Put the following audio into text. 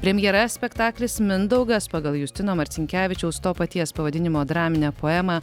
premjera spektaklis mindaugas pagal justino marcinkevičiaus to paties pavadinimo draminę poemą